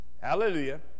Hallelujah